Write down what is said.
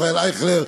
ישראל אייכלר,